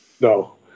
No